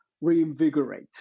reinvigorate